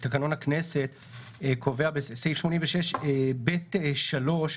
בסעיף 86(ב)(3)